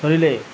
ধৰিলে